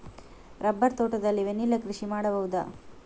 Rubber ತೋಟದಲ್ಲಿ vanilla ಕೃಷಿ ಮಾಡಬಹುದಾ?